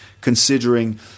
considering